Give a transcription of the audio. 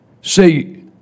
say